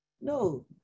No